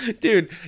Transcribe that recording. dude